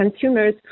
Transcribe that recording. consumers